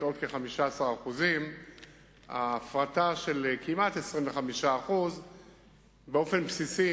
עוד כ-15% ההפרטה של כמעט 25% באופן בסיסי,